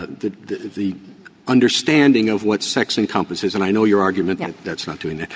the the understanding of what sex encompasses and i know your argument that's not doing it.